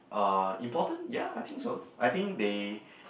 uh important ya I think so I think they